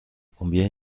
combien